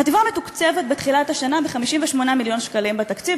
החטיבה מתוקצבת בתחילת השנה ב-58 מיליון שקלים בתקציב,